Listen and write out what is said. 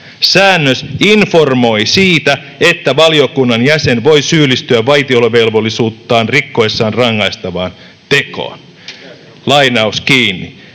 Säännös informoi siitä, että valiokunnan jäsen voi syyllistyä vaitiolovelvollisuuttaan rikkoessaan rangaistavaan tekoon.” Nämä siis